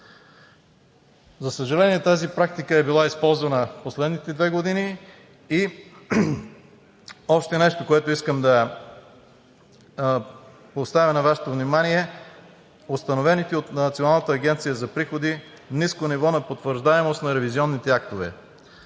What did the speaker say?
За съжаление, тази практика е била използвана в последните две години. И още нещо, което искам да поставя на Вашето внимание. Установените от Националната агенция за приходите ниски ниви на потвърждаемост на ревизионните актове.